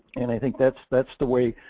and i think that's that's the way